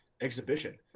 exhibition